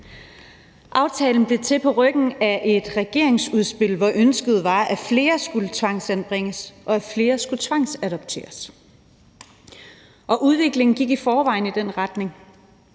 Aftalen blev til på ryggen af et regeringsudspil, hvor ønsket var, at flere skulle tvangsanbringes, og at flere skulle tvangsadopteres. Udviklingen gik i forvejen i den retning.